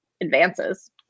advances